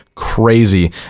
Crazy